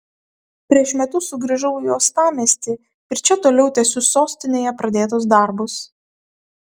prieš metus sugrįžau į uostamiestį ir čia toliau tęsiu sostinėje pradėtus darbus